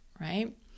right